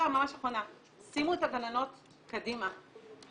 שימו את הגננות קדימה.